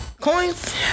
coins